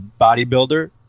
bodybuilder